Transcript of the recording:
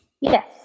Yes